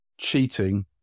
cheating